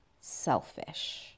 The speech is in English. selfish